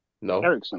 No